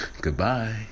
Goodbye